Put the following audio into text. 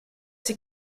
die